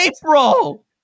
April